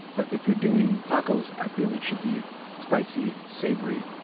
but if you're doing tacos, i feel it should be spicy, savory,